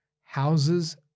houses